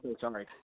sorry